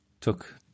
took